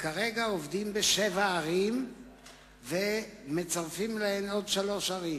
כרגע עובדים בשבע ערים ומצרפים אליהן עוד שלוש ערים.